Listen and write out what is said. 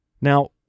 Now